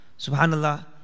Subhanallah